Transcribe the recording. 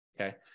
okay